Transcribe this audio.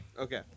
Okay